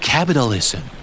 Capitalism